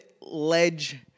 ledge